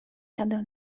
jadę